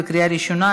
בקריאה ראשונה.